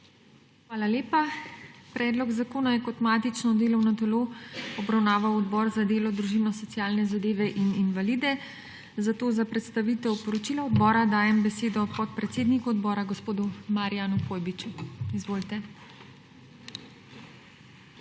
Hvala lepa. Predlog zakona je kot matično delovno delo obravnaval Odbor za delo, družino, socialne zadeve in invalide, zato za predstavitev poročila odbora dajem besedo podpredsedniku odbora gospod Marijanu Pojbiču. Izvolite.